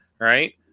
right